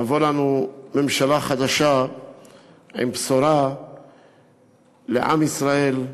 תבוא לנו ממשלה חדשה עם בשורה לעם ישראל,